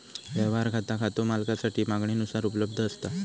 व्यवहार खाता खातो मालकासाठी मागणीनुसार उपलब्ध असता